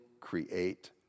create